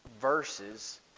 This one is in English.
verses